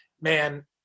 man